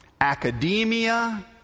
academia